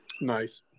Nice